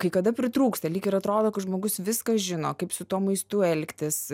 kai kada pritrūksta lyg ir atrodo kad žmogus viską žino kaip su tuo maistu elgtis